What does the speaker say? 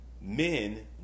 men